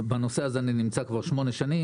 בנושא הזה אני נמצא כבר שמונה שנים.